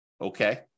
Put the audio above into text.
Okay